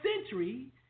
century